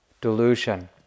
delusion